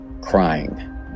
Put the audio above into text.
crying